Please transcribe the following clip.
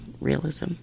realism